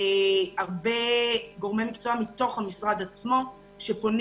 הרבה גורמי מקצוע מתוך המשרד עצמו שפונים